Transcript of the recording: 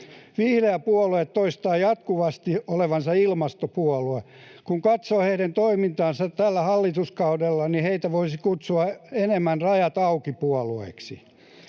Vihreä puolue toistaa jatkuvasti olevansa ilmastopuolue. Kun katsoo heidän toimintaansa tällä hallituskaudella, heitä voisi kutsua enemmän rajat auki ‑puolueeksi.